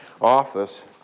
office